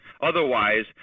Otherwise